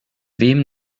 wem